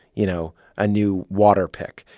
you know, a new waterpik.